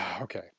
okay